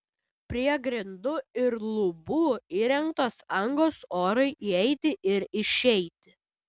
prie grindų ir lubų įrengtos angos orui įeiti ir išeiti